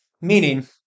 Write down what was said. meaning